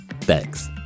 Thanks